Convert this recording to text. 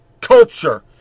culture